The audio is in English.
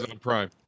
prime